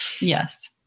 Yes